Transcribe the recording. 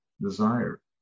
desire